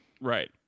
Right